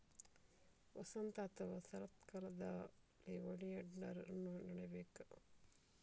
ವಸಂತ ಅಥವಾ ಶರತ್ಕಾಲದಲ್ಲಿ ಓಲಿಯಾಂಡರ್ ಅನ್ನು ನೆಡಬೇಕು